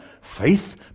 Faith